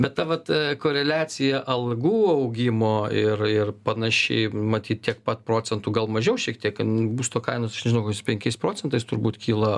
bet ta vat koreliacija algų augimo ir ir panašiai matyt tiek pat procentų gal mažiau šiek tiek būsto kainos aš nežinau kokiais penkiais procentais turbūt kyla